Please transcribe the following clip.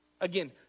Again